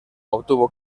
obtuvo